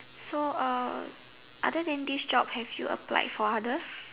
so uh other than this job have you applied for others